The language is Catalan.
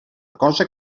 cosa